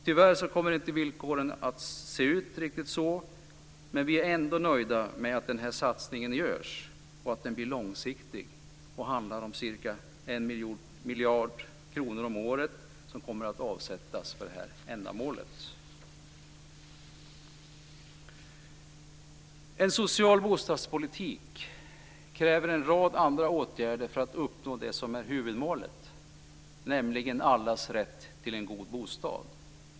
Tyvärr kommer inte villkoren att se ut riktigt så. Men vi är ändå nöjda med att satsningen görs och att den blir långsiktig. Det handlar om ca 1 miljard kronor om året som kommer att avsättas för det ändamålet. En social bostadspolitik kräver en rad andra åtgärder för att uppnå det som är huvudmålet, nämligen allas rätt till en god bostad.